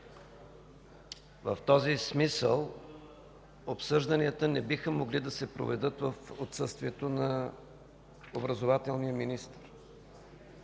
В този смисъл обсъжданията не биха могли да се проведат в отсъствието на образователния министър.